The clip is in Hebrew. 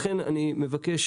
לכן אני מצפה.